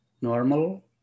normal